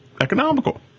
economical